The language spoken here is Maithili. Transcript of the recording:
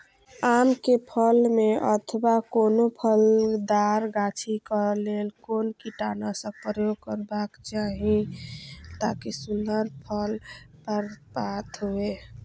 आम क फल में अथवा कोनो फलदार गाछि क लेल कोन कीटनाशक प्रयोग करबाक चाही ताकि सुन्दर फल प्राप्त हुऐ?